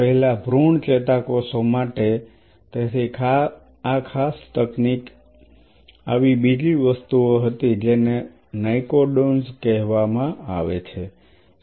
પેહલા ભ્રૂણ ચેતાકોષો માટે તેથી આ ખાસ તકનીક આવી બીજી વસ્તુ હતી જેને નાયકોડેન્ઝ કહેવામાં આવે છે